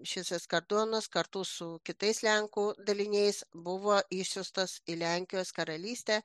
šis eskadronas kartu su kitais lenkų daliniais buvo išsiųstas į lenkijos karalystę